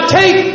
take